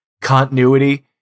continuity